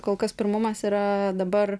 kol kas pirmumas yra dabar